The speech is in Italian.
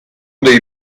dei